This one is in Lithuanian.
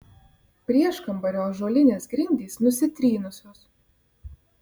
prieškambario ąžuolinės grindys nusitrynusios